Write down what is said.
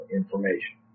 information